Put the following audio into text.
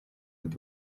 над